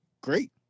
great